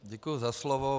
Děkuji za slovo.